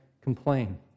complain